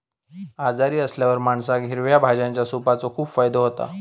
आजारी असल्यावर माणसाक हिरव्या भाज्यांच्या सूपाचो खूप फायदो होता